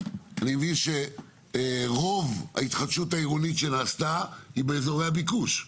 אני מבין שרוב ההתחדשות העירונית שנעשתה היא באזורי הביקוש.